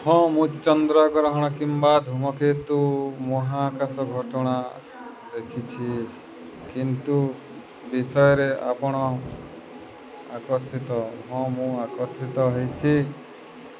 ହଁ ମୁଁ ଚନ୍ଦ୍ରଗ୍ରହଣ କିମ୍ବା ଧୂମକେତୁ ମହାକାଶ ଘଟଣା ଦେଖିଛି କିନ୍ତୁ ବିଷୟରେ ଆପଣ ଆକର୍ଷିତ ହଁ ମୁଁ ଆକର୍ଷିତ ହୋଇଛି